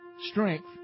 strength